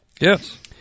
Yes